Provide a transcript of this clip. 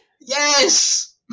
Yes